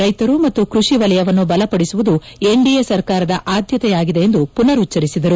ರೈತರು ಮತ್ತು ಕೃಷಿ ವಲಯವನ್ನು ಬಲಪಡಿಸುವುದು ಎನ್ಡಿಎ ಸರ್ಕಾರದ ಆದ್ದತೆಯಾಗಿದೆ ಎಂದು ಪುನರುಚ್ಲರಿಸಿದರು